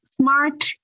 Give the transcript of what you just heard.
smart